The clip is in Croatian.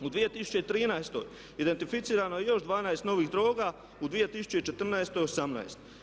U 2013. identificirano je još 12 novih droga, u 2014. 18.